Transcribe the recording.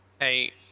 Hey